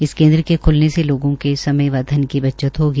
इस केन्द्र के ख्लने से लोगों के समय व धन की बचत होगी